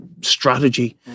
strategy